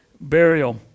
Burial